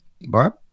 Barb